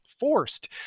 forced